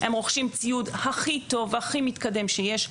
הם רוכשים ציוד הכי טוב והכי מתקדם שיש.